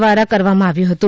દ્વારા કરવામાં આવ્યું હતું